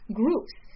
groups